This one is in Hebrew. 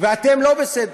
אתם לא בסדר,